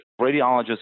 radiologists